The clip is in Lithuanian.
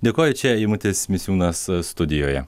dėl ko čia eimutis misiūnas a studijoje